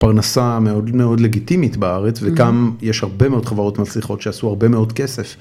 פרנסה מאוד מאוד לגיטימית בארץ וגם יש הרבה מאוד חברות מצליחות שעשו הרבה מאוד כסף.